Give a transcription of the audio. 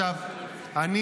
חבר הכנסת טופורובסקי,